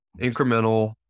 incremental